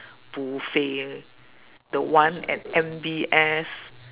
buffet the one at M_B_S